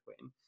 win